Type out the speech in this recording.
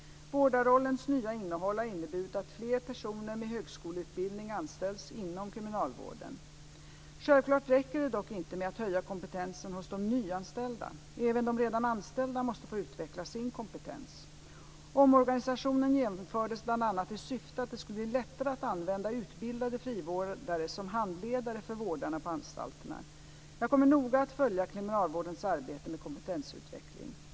Vårdarrollens nya innehåll har inneburit att fler personer med högskoleutbildning anställs inom kriminalvården. Självklart räcker det dock inte med att höja kompetensen hos de nyanställda. Även de redan anställda måste få utveckla sin kompetens. Omorganisationen genomfördes bl.a. i syfte att det skulle bli lättare att använda utbildade frivårdare som handledare för vårdarna på anstalterna. Jag kommer noga att följa kriminalvårdens arbete med kompetensutveckling.